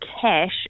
cash